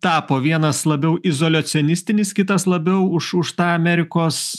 tapo vienas labiau izoliocionistinis kitas labiau už už tą amerikos